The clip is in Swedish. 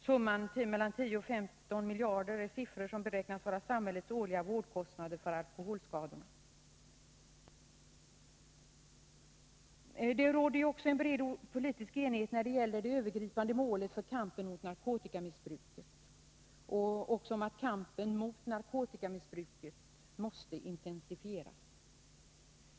Samhällets årliga vårdkostnader för alkoholskadorna beräknas uppgå till mellan 10 och 15 miljarder. Det råder en bred politisk enighet också om det övergripande målet för kampen mot narkotikamissbruket och om att denna kamp måste intensifieras.